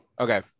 okay